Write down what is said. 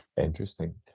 interesting